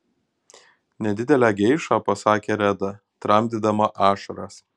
nedidelę geišą pasakė reda tramdydama ašaras